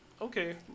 okay